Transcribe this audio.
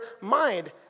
mind